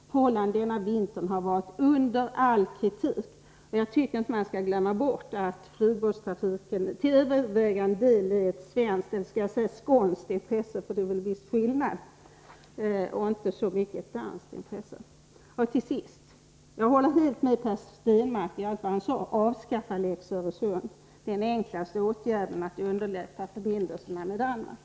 Förhållandena denna vinter har varit under all kritik. Och jag tycker inte att man skall glömma bort att flygbåtstrafiken till övervägande del är ett svenskt intresse — eller jag skall kanske säga skånskt intresse, för det är väl en viss skillnad — och inte så mycket ett danskt intresse. Till sist: Jag håller helt med Per Stenmarck i allt vad han sade. Avskaffa lex Öresund! Det är den enklaste åtgärden för att underlätta förbindelserna med Danmark.